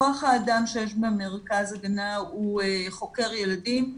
כוח האדם שיש במרכז הגנה הוא חוקר ילדים,